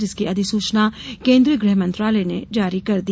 जिसकी अधिसूचना केन्द्रीय गृह मंत्रालय ने जारी कर दिया